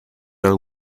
are